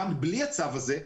גם בלי הצו הזה,